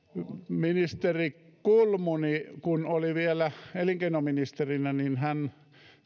ministeri kulmuni oli vielä elinkeinoministerinä